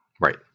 Right